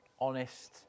honest